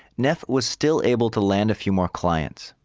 neff was still able to land a few more clients.